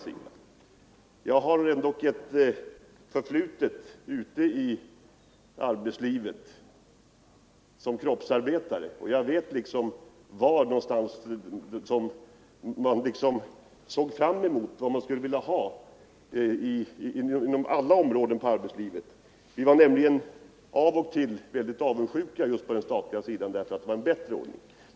Eftersom jag har ett förflutet i arbetslivet, som kroppsarbetare, kan jag vittna om att vi av och till med avund sett på de anställda på den statliga sidan, därför att man där hade en bättre ordning.